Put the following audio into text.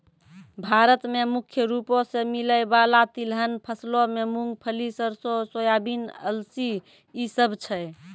भारत मे मुख्य रूपो से मिलै बाला तिलहन फसलो मे मूंगफली, सरसो, सोयाबीन, अलसी इ सभ छै